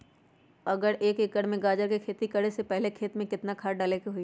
अगर एक एकर में गाजर के खेती करे से पहले खेत में केतना खाद्य डाले के होई?